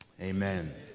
Amen